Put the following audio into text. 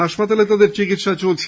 হাসপাতালে তাদের চিকিৎসা চলছে